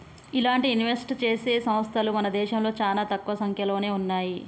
ఇలాంటి ఇన్వెస్ట్ చేసే సంస్తలు మన దేశంలో చానా తక్కువ సంక్యలోనే ఉన్నయ్యి